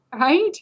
right